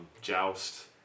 Joust